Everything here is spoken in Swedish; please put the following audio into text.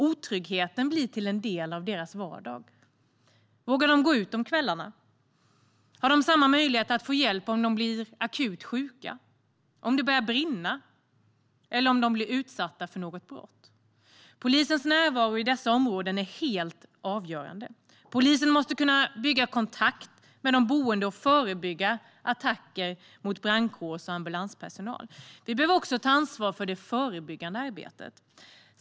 Otryggheten blir en del av deras vardag. Vågar de gå ut om kvällarna? Har de samma möjligheter att få hjälp om de blir akut sjuka, om det börjar brinna eller om de blir utsatta för något brott? Polisens närvaro i dessa områden är helt avgörande. Polisen måste kunna bygga kontakt med de boende och förebygga attacker mot brandkårs och ambulanspersonal. Vi behöver också ta ansvar för det förebyggande arbetet.